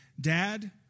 dad